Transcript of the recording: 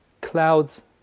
clouds